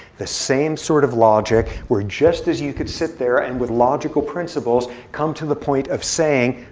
the same sort of logic where, just as you could sit there and, with logical principles, come to the point of saying,